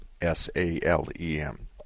S-A-L-E-M